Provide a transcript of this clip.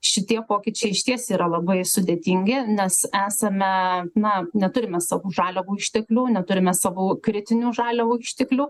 šitie pokyčiai išties yra labai sudėtingi nes esame na neturime savų žaliavų išteklių neturime savų kritinių žaliavų išteklių